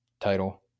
title